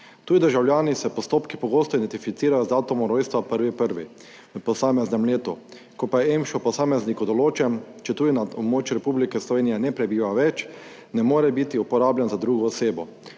Tuji državljani se v postopkih pogosto identificirajo z datumom rojstva 1. 1. v posameznem letu. Ko pa je EMŠO posamezniku določen, četudi na območju Republike Slovenije ne prebiva več, ne more biti uporabljen za drugo osebo.